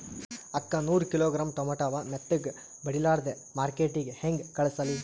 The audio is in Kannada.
ಅಕ್ಕಾ ನೂರ ಕಿಲೋಗ್ರಾಂ ಟೊಮೇಟೊ ಅವ, ಮೆತ್ತಗಬಡಿಲಾರ್ದೆ ಮಾರ್ಕಿಟಗೆ ಹೆಂಗ ಕಳಸಲಿ?